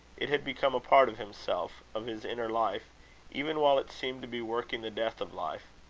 it had become a part of himself of his inner life even while it seemed to be working the death of life.